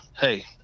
hey